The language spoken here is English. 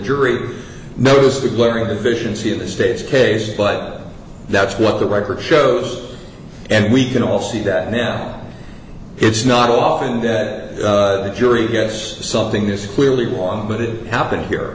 jury knows the glaring deficiency of the state's case but that's what the record shows and we can all see that now it's not often dead the jury gets something is clearly wrong but it happened here